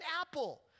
apple